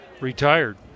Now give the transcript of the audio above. retired